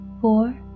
four